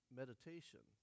meditation